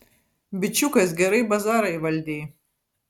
bičiukas gerai bazarą įvaldei